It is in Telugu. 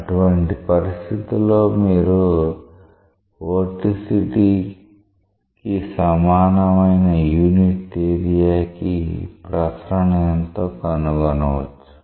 అటువంటి పరిస్థితి లో మీరు వోర్టిసిటీకి సమానమైన యూనిట్ ఏరియా కి ప్రసరణ ఎంతో కనుగొనవచ్చు